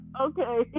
Okay